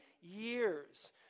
years